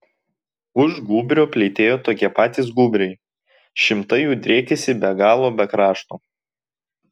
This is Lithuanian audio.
už gūbrio plytėjo tokie patys gūbriai šimtai jų driekėsi be galo be krašto